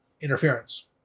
interference